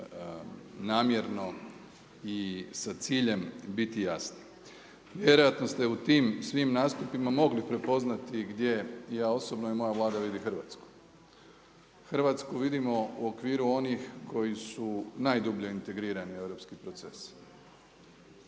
namjerno i sa ciljem, biti jasni. Vjerojatno ste u tim svim nastupima mogli prepoznati gdje ja osobno i moja Vlada vidi Hrvatsku. Hrvatsku vidimo u okviru onih koji su najdublje integrirani europski procesi.